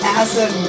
acid